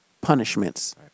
punishments